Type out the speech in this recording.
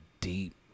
deep